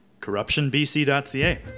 Corruptionbc.ca